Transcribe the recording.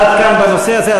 עד כאן בנושא הזה.